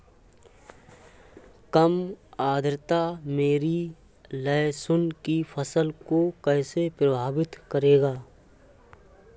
कम आर्द्रता मेरी लहसुन की फसल को कैसे प्रभावित करेगा?